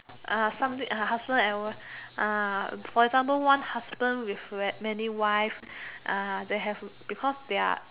ah something ah husband and wife ah for example one husband with many wives ah that have because their